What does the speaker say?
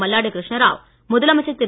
மல்லாடி கிருஷ்ணராவ் முதலமைச்சர் திரு